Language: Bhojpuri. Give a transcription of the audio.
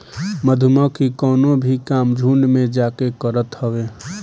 मधुमक्खी कवनो भी काम झुण्ड में जाके करत हवे